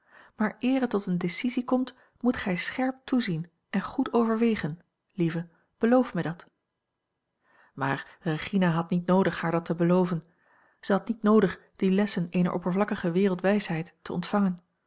maar eer het tot eene decisie komt moet gij scherp toezien en goed overwegen lieve beloof mij dat maar regina had niet noodig haar dat te beloven zij had niet noodig die lessen eener oppervlakkige wereldwijsheid te ontvangen